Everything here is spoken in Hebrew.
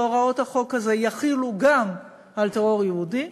והוראות החוק הזה יחולו גם על טרור יהודי,